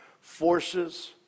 forces